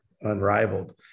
unrivaled